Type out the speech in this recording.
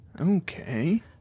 Okay